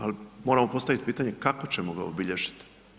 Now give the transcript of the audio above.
Ali moram postaviti pitanje kako ćemo ga obilježiti?